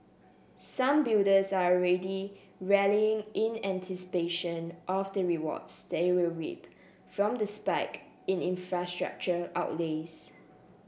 some builders are already rallying in anticipation of the rewards they will reap from the spike in infrastructure outlays